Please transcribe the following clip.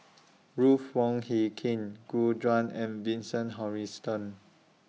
Ruth Wong Hie King Gu Juan and Vincent Hoisington